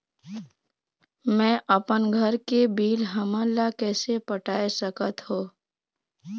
मैं अपन घर के बिल हमन ला कैसे पटाए सकत हो?